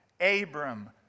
Abram